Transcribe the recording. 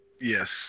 Yes